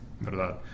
¿verdad